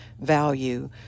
value